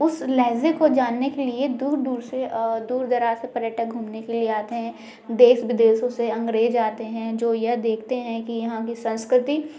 उस लहजे को जानने के लिए दूर दूर से दूर दराज से पर्यटक घूमने के लिए आते हैं देश विदेशों से अंग्रेज आते हैं जो यह देखते हैं कि यहाँ की संस्कृति